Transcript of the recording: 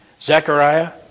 Zechariah